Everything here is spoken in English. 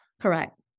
Correct